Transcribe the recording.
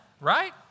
right